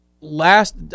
Last